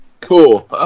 Cool